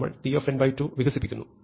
നമ്മൾ tn2 വികസിപ്പിക്കുന്നു